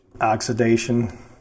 Oxidation